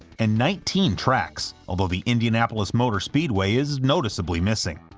and nineteen tracks, although the indianapolis motor speedway is noticeably missing.